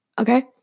Okay